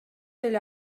эле